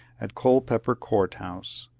at culpeper court house.